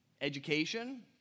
education